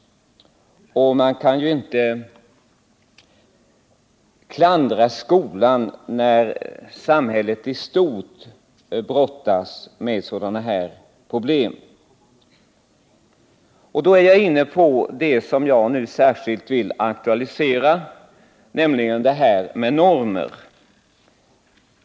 Man kan inte klandra skolan när samhället i stort brottas med sådana här problem. Därmed är jag inne på det som jag nu särskilt vill aktualisera, nämligen detta med normer.